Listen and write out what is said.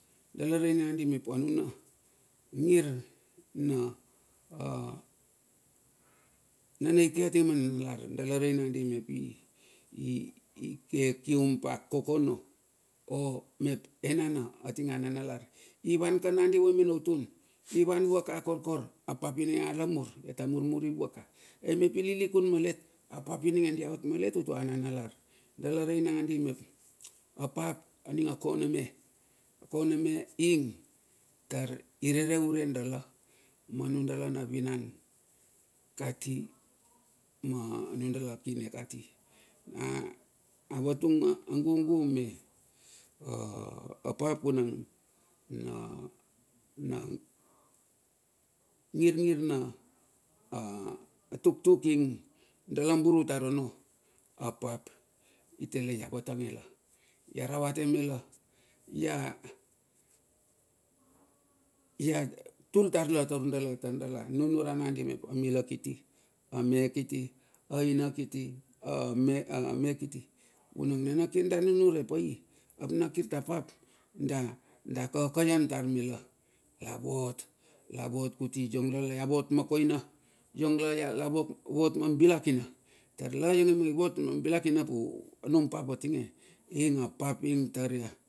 Dala rei mangandi mep anuna ngir na ike atinge ma nanalar. dala rei nandi mep ike kium pa kokono, o mep enana atinge a nanalar. I van ka vue mena utun, ivan vua ka korkor apap ininge a lamur, ia ta murmuri vuaka ai mep i lilikun malet apap ininge diaot malet utua nanalar. dala rei nangadi mep apap, aninga kona me. Kona me ing, tari re ure dala manudala na vinan kati ma nundala kine kati. Avatung gugu ma apap vunang. na ngirngir na tuktuk ing dala bur tar ono, apap itale i ia vatange la, ia ravate mela, ia tul tar la taur dala taur dala nunuran nandi mep a mila kiti, ame kiti, aina kiti; ame kiti. Vunang na kir da nunure pai apna kir ta pap. da kakaian tar mela lavot. lavot kuti iong lala lavot ma koina, iong lala lavot ma bilak ina, lar la ionge lavot ma bilak ina ap num pap atinge.